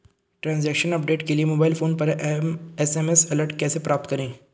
Transaction update के लिए mobile phone पर एस.एम.एस अलर्ट कैसे प्राप्त करें?